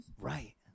Right